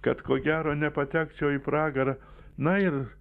kad ko gero nepatekčiau į pragarą na ir